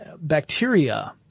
bacteria